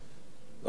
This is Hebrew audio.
בבקשה, אדוני.